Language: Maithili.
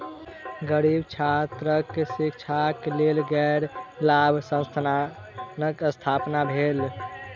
गरीब छात्रक शिक्षाक लेल गैर लाभ संस्थानक स्थापना भेल